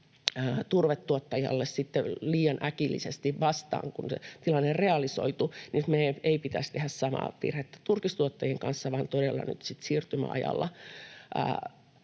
turvetuottajalle liian äkillisesti vastaan, kun se tilanne realisoitui. Nyt meidän ei pitäisi tehdä samaa virhettä turkistuottajien kanssa, vaan todella nyt sitten siirtymäajalla